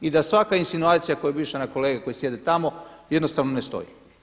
I da svaka insinuacija koja bi išla na kolege koji sjede tamo jednostavno ne stoji.